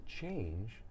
change